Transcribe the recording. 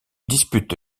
dispute